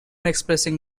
expressing